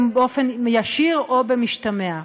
באופן ישיר או במשתמע.